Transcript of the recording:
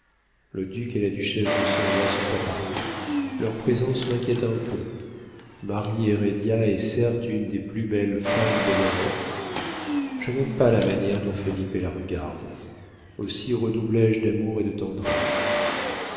le duc et la duchesse de soria sont à paris leur présence m'inquiète un peu marie hérédia est certes une des plus belles femmes de l'europe je n'aime pas la manière dont felipe la regarde aussi redoublé je d'amour et de tendresse